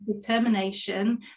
determination